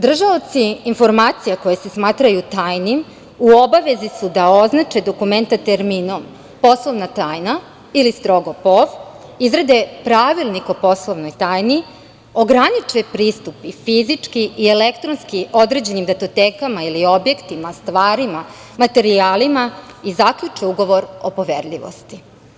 Držaoci informacija koje se smatraju tajnim u obavezi su da označe dokumenta terminom „poslovna tajna“ ili „strogo pov.“, izrade pravilnik o poslovnoj tajni, ograniče pristup i fizički i elektronski određenim datotekama ili objektima, stvarima, materijalima i zaključe ugovor o poverljivosti.